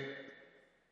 עם